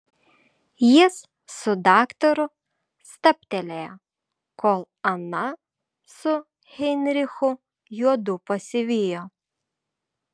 jis su daktaru stabtelėjo kol ana su heinrichu juodu pasivijo